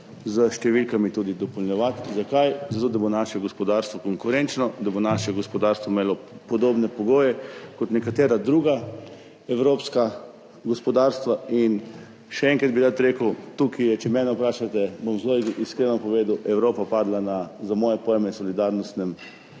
s številkami tudi dopolnjevati. Zakaj? Zato, da bo naše gospodarstvo konkurenčno, da bo imelo naše gospodarstvo podobne pogoje kot nekatera druga evropska gospodarstva in še enkrat bi rad rekel, tukaj je, če mene vprašate, bom zelo iskreno povedal, Evropa padla na, za moje pojme, solidarnostnem